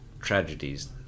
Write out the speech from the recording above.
tragedies